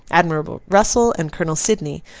admiral russell, and colonel sidney,